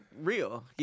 real